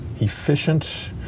efficient